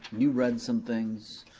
you read some things.